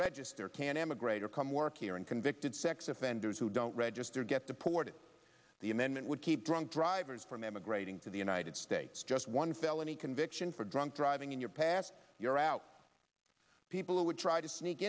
register can emigrate or come work here and convicted sex offenders who don't register get deported the amendment would keep drunk drivers from emigrating to the united states just one felony conviction for drunk driving in your past year out people who would try to sneak